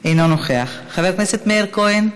אינו נוכח, חבר הכנסת מאיר כהן,